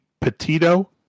Petito